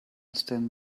stand